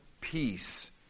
peace